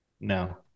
No